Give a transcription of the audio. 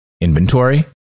inventory